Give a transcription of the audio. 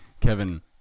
Kevin